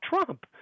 Trump